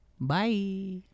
Bye